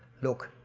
look,